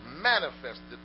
manifested